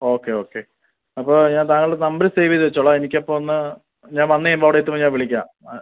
okay okay അപ്പോൾ ഞാൻ താങ്കളുടെ നമ്പർ സേവ് ചെയ്തു വച്ചോളാം എനിക്ക് അപ്പോൾ ഒന്ന് ഞാൻ വന്നു കഴിയുമ്പോ അവിടെ എത്തുമ്പോ ഞാൻ വിളിക്കാം